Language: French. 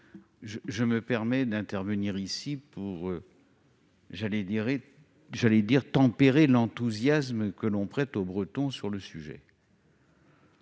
je me permets d'intervenir ici pour tempérer l'enthousiasme que l'on prête aux Bretons sur le sujet.